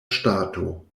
ŝtato